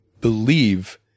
believe